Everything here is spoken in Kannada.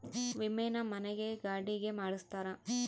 ವಿಮೆನ ಮನೆ ಗೆ ಗಾಡಿ ಗೆ ಮಾಡ್ಸ್ತಾರ